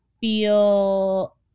feel